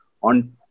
on